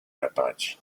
rapaci